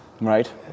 Right